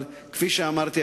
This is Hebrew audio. אבל כפי שאמרתי,